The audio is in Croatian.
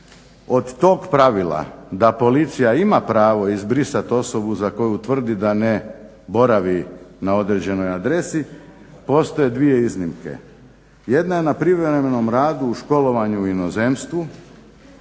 od tog pravila da policija ima pravo izbrisati osobu za koju utvrdi da ne boravi na određenoj adresi postoje dvije iznimke. Jedna je na privremenom radu u školovanju u inozemstvu